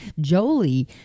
jolie